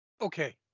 Okay